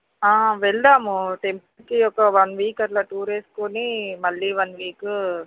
వెళ్దాము టెంత్కి ఒక వన్ వీక్ అట్లా టూర్ వేసుకుని మళ్ళీ వన్ వీకు